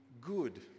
good